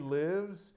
lives